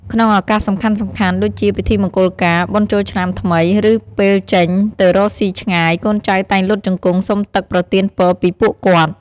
ក្នុងឱកាសសំខាន់ៗ ដូចជាពិធីមង្គលការ បុណ្យចូលឆ្នាំថ្មី ឬពេលចេញទៅរកស៊ីឆ្ងាយ កូនចៅតែងលុតជង្គង់សុំទឹកប្រទានពរពីពួកគាត់។